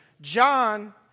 John